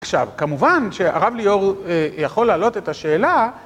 עכשיו, כמובן שהרב ליאור יכול להעלות את השאלה.